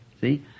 see